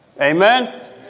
Amen